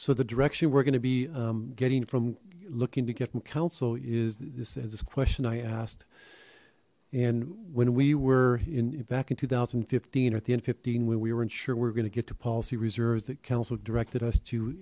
so the direction we're going to be getting from looking to get mccown so is this is this question i asked and when we were in back in two thousand and fifteen at the end fifteen when we weren't sure we're gonna get to policy reserves that council directed us to